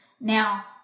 now